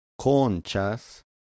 conchas